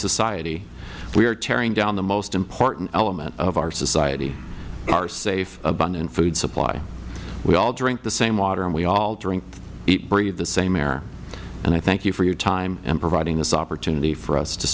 society we are tearing down the most important element of our society our safe abundant food supply we all drink the same water and we all breathe the same air and i thank you for your time and providing this opportunity for us to